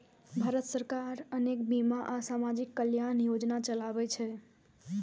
भारत सरकार अनेक बीमा आ सामाजिक कल्याण योजना चलाबै छै